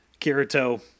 Kirito